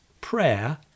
prayer